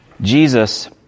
Jesus